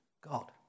God